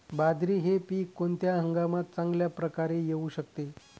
बाजरी हे पीक कोणत्या हंगामात चांगल्या प्रकारे येऊ शकते?